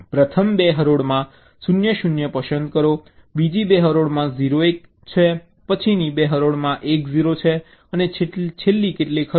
તેથી પ્રથમ 2 હરોળમાં 0 0 પસંદ કરો બીજી 2 હરોળ 0 1 છે પછીની 2 હરોળ 1 0 છે અને છેલ્લી હરોળ 1 1 છે